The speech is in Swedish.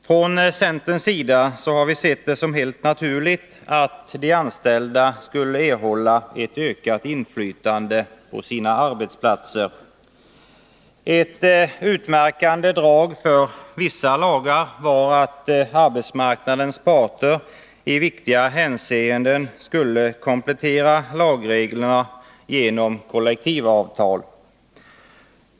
Från centerns sida såg vi det som helt naturligt att de anställda skulle få ett ökat inflytande på sina arbetsplatser. Ett utmärkande drag för vissa lagar var att arbetsmarknadens parter i viktiga hänseenden skulle komplettera lagreglerna genom kollektivavtal.